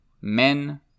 Men